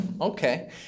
Okay